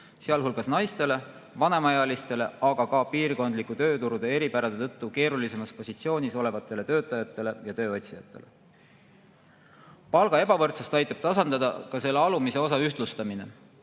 sealhulgas naistele, vanemaealistele, aga ka piirkondlike tööturgude eripärade tõttu keerulisemas positsioonis olevatele töötajatele ja tööotsijatele. Palga ebavõrdsust aitab tasandada ka selle alumise osa ühtlustamine.